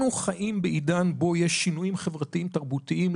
אנחנו חיים בעידן בו יש שינויים חברתיים תרבותיים,